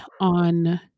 on